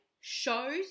shows